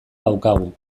daukagu